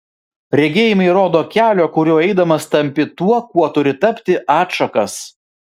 regėjimai rodo kelio kuriuo eidamas tampi tuo kuo turi tapti atšakas